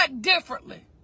differently